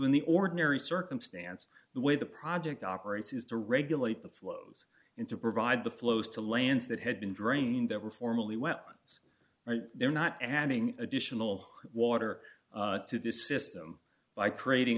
in the ordinary circumstance the way the project operates is to regulate the flows in to provide the flows to lands that had been drained ever formally went on they're not adding additional water to this system by creating